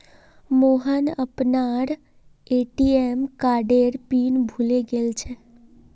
मोहन अपनार ए.टी.एम कार्डेर पिन भूले गेलछेक